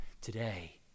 today